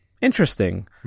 interesting